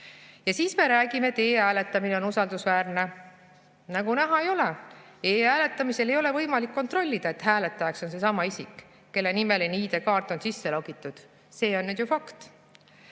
Ja siis me räägime, et e‑hääletamine on usaldusväärne! Nagu näha, ei ole, e‑hääletamisel ei ole võimalik kontrollida, et hääletajaks on seesama isik, kelle nimeline ID‑kaart on sisse logitud. See on nüüd ju